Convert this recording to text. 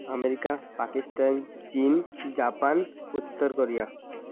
America Pakistan ଚୀନ Japan ଉତ୍ତର Korea